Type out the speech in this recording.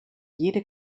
jede